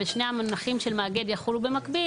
ושני המונחים של מאגד יחולו במקביל,